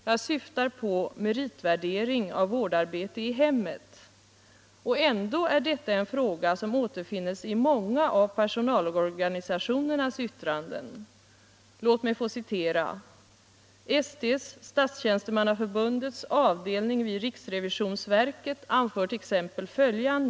Jag syftar på meritvärderingen av vårdarbete i hemmet. Det är ändå en fråga som återfinns i många av personalorganisationernas yttranden. Låt mig få citera.